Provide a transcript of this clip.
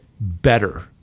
better